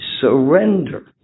surrender